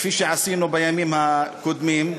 כפי שעשינו בימים הקודמים.